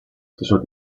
stesso